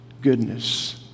goodness